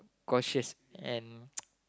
cautious and